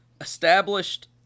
established